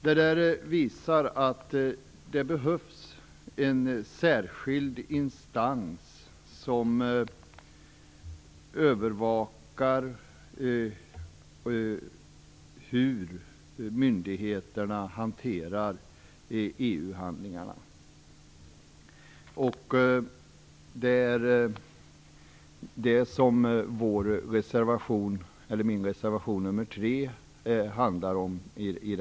Detta visar att det behövs en särskild instans för att övervaka hur myndigheterna hanterar EU handlingarna, vilket min reservation nr 3 i betänkandet handlar om.